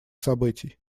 событий